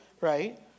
right